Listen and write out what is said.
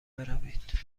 بروید